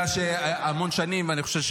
המון שנים אני חושב,